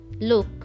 look